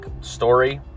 story